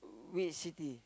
which city